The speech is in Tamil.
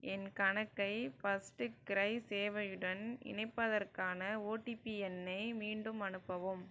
என் கணக்கை ஃபர்ஸ்ட் கிரை சேவையுடன் இணைப்பதற்கான ஓடிபி எண்ணை மீண்டும் அனுப்பவும்